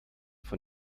von